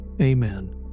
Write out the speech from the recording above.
amen